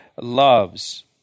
loves